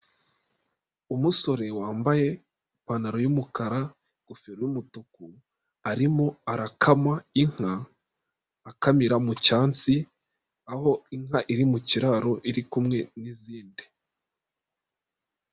Umusore wambaye ipantaro y'umukara, ingofero y'umutuku, arimo arakama inka, akamira mu cyansi, aho inka iri mu kiraro, iri kumwe n'izindi.